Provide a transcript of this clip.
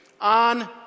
on